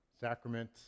sacrament